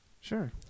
Sure